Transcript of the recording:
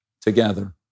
together